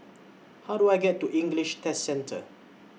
How Do I get to English Test Centre